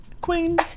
Queen